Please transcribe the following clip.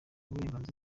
uburenganzira